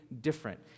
different